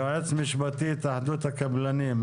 יועץ משפטי, התאחדות הקבלנים.